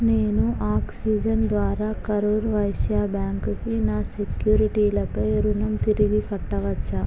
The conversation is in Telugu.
నేను ఆక్సిజెన్ ద్వారా కరూర్ వైశ్య బ్యాంక్కి నా సెక్యూరిటీలపై రుణం తిరిగి కట్టవచ్చా